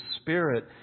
spirit